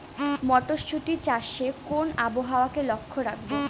মটরশুটি চাষে কোন আবহাওয়াকে লক্ষ্য রাখবো?